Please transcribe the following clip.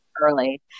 early